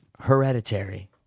Hereditary